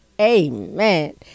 Amen